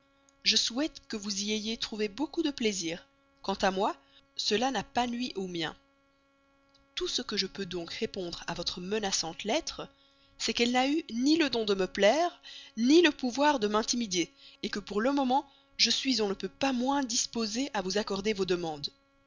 je souhaite que vous y ayez trouvé beaucoup de plaisir quant à moi cela n'a pas nui au mien tout ce que je peux donc répondre à votre menaçante lettre c'est qu'elle n'a eu ni le don de me plaire ni le pouvoir de m'intimider que pour le moment je suis on ne peut pas moins disposée à vous accorder vos demandes